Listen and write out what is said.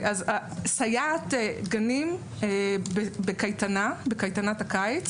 סייעת גנים בקייטנת הקיץ